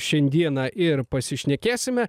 šiandieną ir pasišnekėsime